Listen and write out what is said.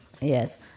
yes